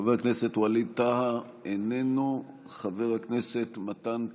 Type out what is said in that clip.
חבר הכנסת ווליד טאהא, איננו, חבר הכנסת מתן כהנא,